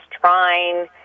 trying